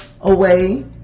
away